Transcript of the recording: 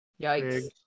yikes